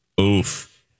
Oof